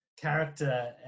character